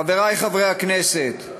חברי חברי הכנסת,